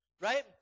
right